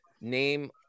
name